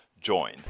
join